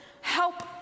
Help